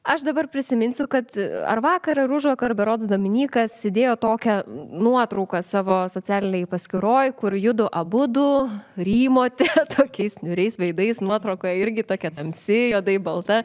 aš dabar prisiminsiu kad ar vakar ar užvakar berods dominykas įdėjo tokią nuotrauką savo socialinėj paskyroj kur judu abudu rymote tokiais niūriais veidais nuotraukoj irgi tokia tamsi juodai balta